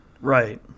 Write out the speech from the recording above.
right